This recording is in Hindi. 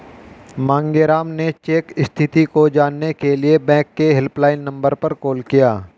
मांगेराम ने चेक स्थिति को जानने के लिए बैंक के हेल्पलाइन नंबर पर कॉल किया